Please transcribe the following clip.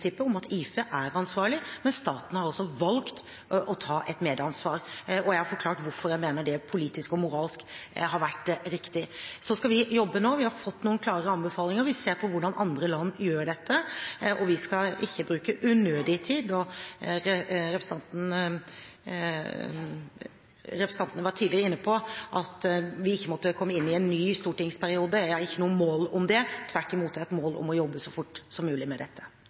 om at IFE er ansvarlig. Men staten har altså valgt å ta et medansvar, og jeg har forklart hvorfor jeg mener det politisk og moralsk har vært riktig. Vi skal nå jobbe, vi har fått noen klare anbefalinger, vi ser på hvordan andre land gjør dette, og vi skal ikke bruke unødig med tid. Representantene var tidligere inne på at det ikke måtte gå inn i en ny stortingsperiode. Jeg har ikke det som mål, tvert imot har jeg som mål å jobbe så fort som mulig med dette.